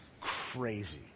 crazy